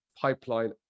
pipeline